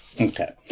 Okay